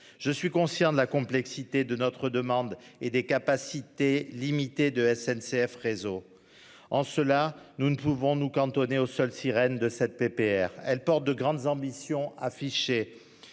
Je suis conscient de la complexité de notre demande et des capacités limitées de SNCF réseau. En cela, nous ne pouvons nous cantonner aux seul sirènes de 7 PPR elle porte de grandes ambitions affichées.